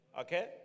okay